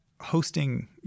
hosting